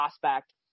prospect